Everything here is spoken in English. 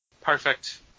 Perfect